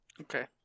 Okay